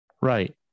Right